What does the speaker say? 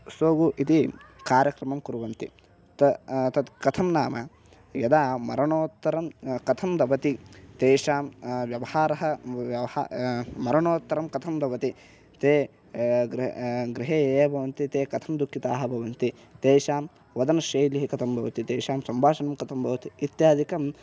सोगु इति कार्यक्रमं कुर्वन्ति त तद् कथं नाम यदा मरणोत्तरं कथं भवति तेषां व्यवहारः व्यवहा मरणोत्तरं कथं भवति ते गृ गृहे ये भवन्ति ते कथं दुःखिताः भवन्ति तेषां वदनशैली कथं भवति तेषां सम्भाषणं कथं भवति इत्यादिकं